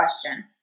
question